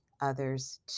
others